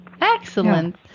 Excellent